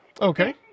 Okay